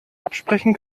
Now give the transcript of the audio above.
absprechen